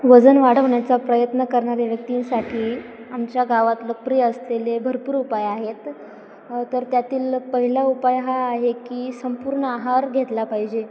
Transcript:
वजन वाढवण्याचा प्रयत्न करणारे व्यक्तींसाठी आमच्या गावात लोकप्रिय असलेले भरपूर उपाय आहेत तर त्यातील पहिला उपाय हा आहे की संपूर्ण आहार घेतला पाहिजे